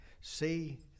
see